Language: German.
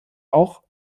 auch